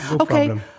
Okay